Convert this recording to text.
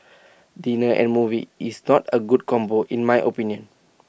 dinner and movie is not A good combo in my opinion